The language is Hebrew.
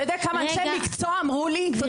אתה יודע כמה אנשי מקצוע אמרו לי: גברתי,